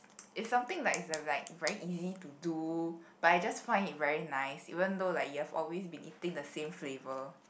it's something like it's a like very easy to do but I just find it very nice even though like you have always been eating the same flavor